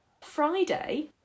Friday